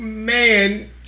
man